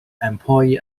employee